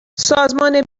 سازمان